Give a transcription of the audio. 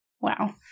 Wow